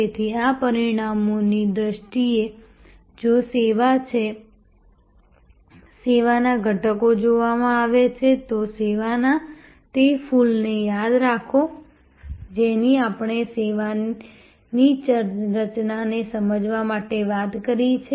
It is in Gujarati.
તેથી આ પરિણામોની દ્રષ્ટિએ જો સેવા છે સેવાના ઘટકો જોવામાં આવે છે તો સેવાના તે ફૂલને યાદ રાખો કે જેની આપણે સેવાની રચનાને સમજવા માટે વાત કરી છે